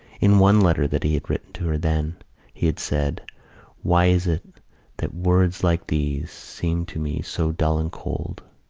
in one letter that he had written to her then he had said why is it that words like these seem to me so dull and cold?